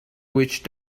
which